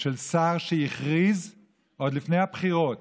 של שר שהכריז עוד לפני הבחירות